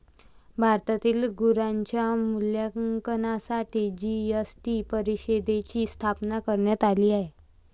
भारतातील करांच्या मूल्यांकनासाठी जी.एस.टी परिषदेची स्थापना करण्यात आली आहे